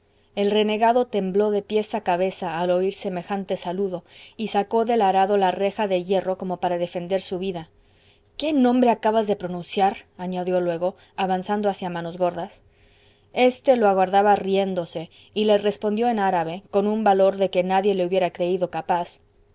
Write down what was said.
el renegado tembló de pies a cabeza al oír semejante saludo y sacó del arado la reja de hierro como para defender su vida qué nombre acabas de pronunciar añadió luego avanzando hacia manos gordas éste lo aguardaba riéndose y le respondió en árabe con un valor de que nadie le hubiera creído capaz